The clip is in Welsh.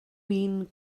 win